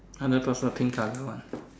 under personal pink card that one